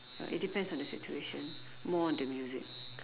uh it depends on the situation more on the music